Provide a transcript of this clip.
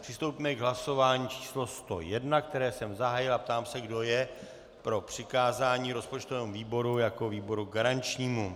Přistoupíme k hlasování číslo 101, které jsem zahájil, a ptám se, kdo je pro přikázání rozpočtovému výboru jako výboru garančnímu.